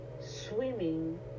swimming